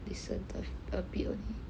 listen to a bit only